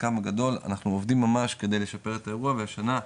חלקם הגדול אנחנו עובדים ממש כדי לשפר את האירוע והשנה,